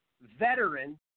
veteran